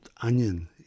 onion